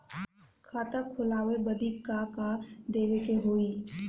खाता खोलावे बदी का का देवे के होइ?